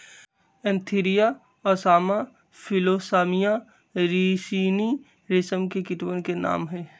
Antheraea असामा फिलोसामिया रिसिनी रेशम के कीटवन के नाम हई